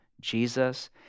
Jesus